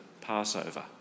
Passover